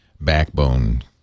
backbone